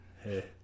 hey